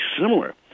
similar